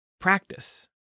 practice